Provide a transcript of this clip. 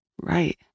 right